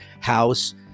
House